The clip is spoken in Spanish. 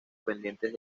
pendientes